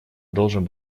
должен